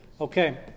Okay